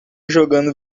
jogando